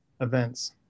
events